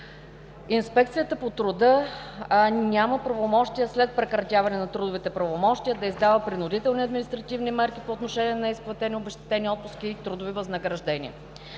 Инспекцията по труда няма правомощия след прекратяване на трудовите правомощия да издава принудителни административни мерки по отношение на неизплатени обезщетени отпуски и трудови възнаграждения.